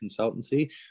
Consultancy